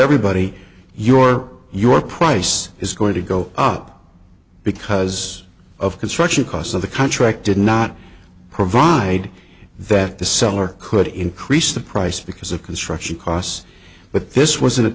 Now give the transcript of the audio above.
everybody your your price is going to go up because of construction costs of the contract did not provide that the seller could increase the price because of construction costs but this was